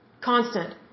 Constant